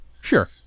sure